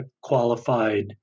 qualified